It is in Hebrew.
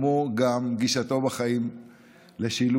כמו גם גישתו בחיים לשילוב,